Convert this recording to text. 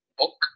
book